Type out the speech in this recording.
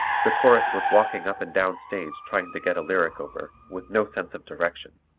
the chorus was walking up and down stage trying to get a lyric over, with no sense of direction.